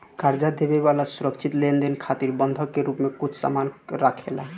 कर्जा देवे वाला सुरक्षित लेनदेन खातिर बंधक के रूप में कुछ सामान राखेला